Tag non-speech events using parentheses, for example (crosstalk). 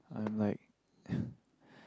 I'm like (breath)